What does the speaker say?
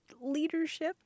leadership